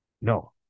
No